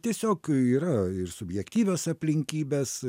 tiesiog yra ir subjektyvios aplinkybės